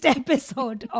episode